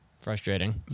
Frustrating